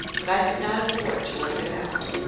but i could not afford to work it out.